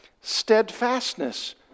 steadfastness